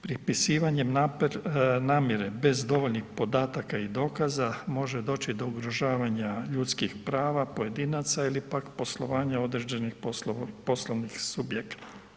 Pripisivanjem namjere bez dovoljnih podataka i dokaza, može doći do ugrožavanja ljudskih prava pojedinaca ili pak poslovanja određenih poslovnih subjekata.